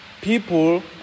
people